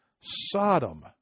Sodom